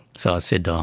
so i said, ah